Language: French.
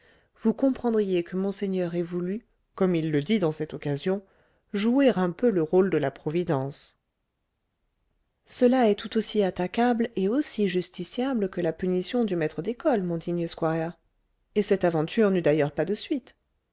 vous comprendriez que monseigneur ait voulu comme il le dit dans cette occasion jouer un peu le rôle de la providence cela est tout aussi attaquable et aussi justiciable que la punition du maître d'école mon digne squire et cette aventure n'eut d'ailleurs pas de suite